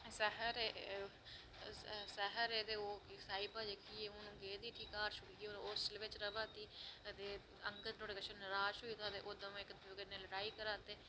सैहर ऐ ते ओह् साईवा जेह्की ऐ हून गेदी उठी घर छोड़ियै होस्टल बिच्च रवा दी ते अंगत ओह्दे कन्नै नराज होई दा ते ओह् दमैं इतक दुए कन्नै लड़ाई करा दे